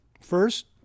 First